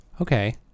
Okay